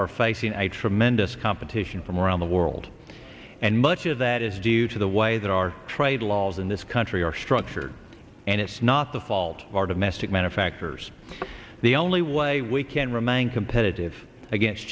are facing a tremendous competition from around the world and much of that is due to the way that our trade laws in this country are structured and it's not the fault of our domestic manufacturers the only way we can remain competitive against